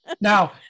Now